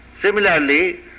Similarly